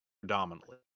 predominantly